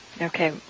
Okay